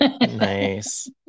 Nice